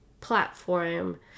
platform